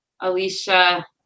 Alicia